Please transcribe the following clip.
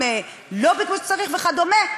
עם לובי כמו שצריך וכדומה.